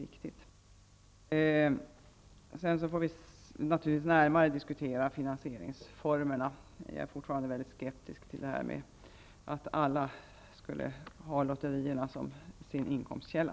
Vi får sedan närmare diskutera finansieringsformerna. Jag är fortfarande skeptisk till att alla folkrörelser skulle ha lotterier som inkomstkälla.